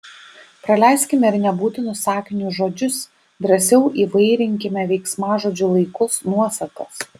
praleiskime ir nebūtinus sakiniui žodžius drąsiau įvairinkime veiksmažodžių laikus nuosakas